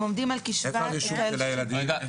הם עומדים על, איפה הרישום של הילדים?